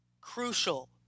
crucial